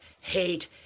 hate